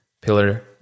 pillar